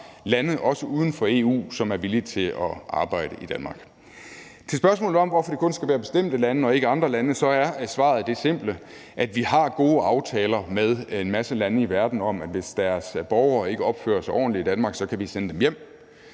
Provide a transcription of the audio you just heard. lande uden for EU, som er villige til at arbejde i Danmark. Til spørgsmålet om, hvorfor det kun skal være fra bestemte lande og ikke andre lande, så er svaret det simple, at vi har gode aftaler med en masse lande i verden om, at hvis deres borgere ikke opfører sig ordentligt i Danmark, så kan vi sende dem hjem.